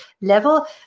level